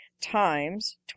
Times